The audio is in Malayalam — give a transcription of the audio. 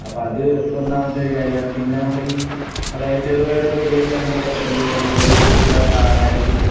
അപ്പോൾ അത് ഒന്നാമത്തെ ഒരു കാര്യമാണ് പിന്നെ നമ്മളീ അതായത് ചെറുപയർ പൊടിയൊക്കെ നമ്മൾ എന്തു ചെയ്യുക നല്ല രീതിയിലുള്ള അരച്ചിട്ട്